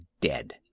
dead